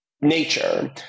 nature